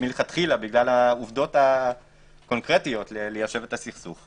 מלכתחילה בגלל העובדות הקונקרטיות ליישב את הסכסוך.